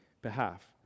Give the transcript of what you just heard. behalf